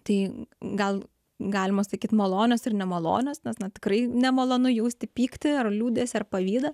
tai gal galima sakyt malonios ir nemalonios nes na tikrai nemalonu jausti pyktį ar liūdesį ar pavydą